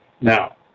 Now